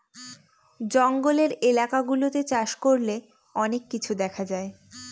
জঙ্গলের এলাকা গুলাতে চাষ করলে অনেক কিছু দেখা যায়